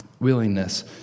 Willingness